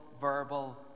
verbal